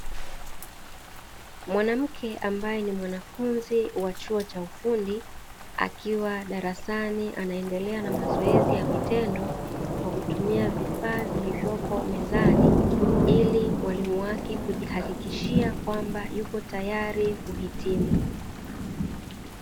Mwanamke ambaye ni mwanafunzi wa chuo cha ufundi, akiwa darasani anaendelea na mazoezi ya vitendo, kwa kutumia vifaa vilivyopo mezani, ili mwalimu wake kujihakikishia kwamba yupo tayari kuhitimu.